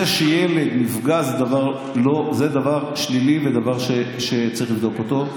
זה שילד נפגע זה דבר שלילי ודבר שצריך לבדוק אותו,